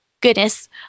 goodness